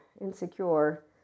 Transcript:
insecure